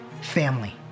Family